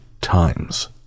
times